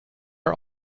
are